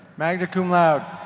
magna cum laude.